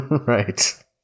Right